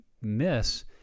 miss